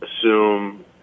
assume